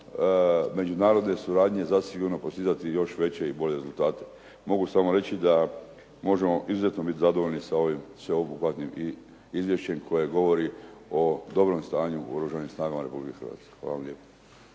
međunarodne suradnje zasigurno postizati još veće i bolje rezultate. Mogu samo reći da možemo izuzetno biti zado9voljni sa ovim sveobuhvatnim izvješćem koje govori o dobrom stanju u Oružanim snagama Republike Hrvatske. Hvala vam lijepa.